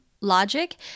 logic